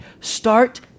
Start